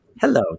Hello